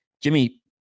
Jimmy